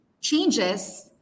changes